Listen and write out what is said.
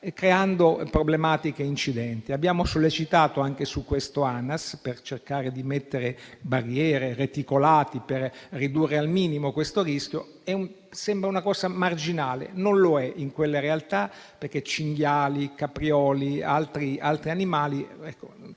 creando problematiche e incidenti. Abbiamo sollecitato Anas anche su questo, chiedendo di mettere barriere e reticolati per ridurre al minimo questo rischio; sembra una cosa marginale, ma non lo è in quelle realtà, perché cinghiali, caprioli e altri animali